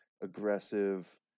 aggressive